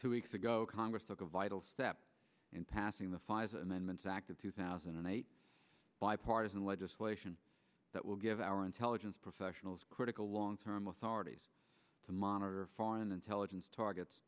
two weeks ago congress took a vital step in passing the fires and then went back to two thousand and eight bipartisan legislation that will give our intelligence professionals critical long term authorities to monitor foreign intelligence targets